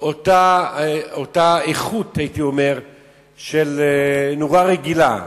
אותה איכות של נורה רגילה,